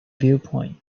viewpoint